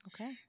Okay